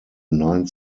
nine